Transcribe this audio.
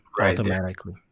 automatically